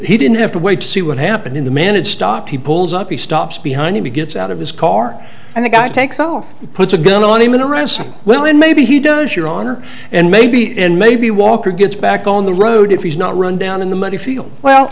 he didn't have to wait to see what happened in the man it stopped he pulls up he stops behind he gets out of his car and the guy takes our puts a gun on him in a ransom well then maybe he does your honor and maybe and maybe walker gets back on the road if he's not run down in the muddy field well